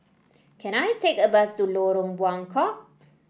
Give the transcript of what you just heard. can I take a bus to Lorong Buangkok